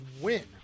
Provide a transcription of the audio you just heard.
win